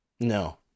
No